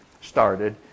started